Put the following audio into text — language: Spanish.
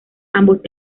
ambos